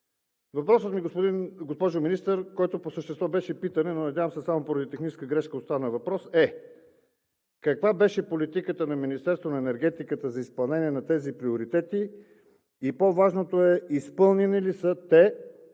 Въпросът ми, госпожо Министър, който по същество беше питане, но само поради техническа грешка, надявам се, остана въпрос, е: каква беше политиката на Министерството на енергетиката за изпълнение на тези приоритети – и по-важното е – изпълнени ли са те?